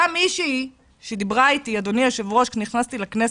אותה מישהי שדיברה איתי כשנכנסתי לכנסת,